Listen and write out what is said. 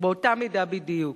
באותה מידה בדיוק.